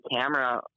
camera